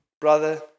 brother